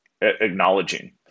acknowledging